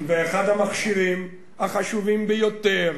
ואחד המכשירים החשובים ביותר